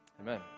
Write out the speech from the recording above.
amen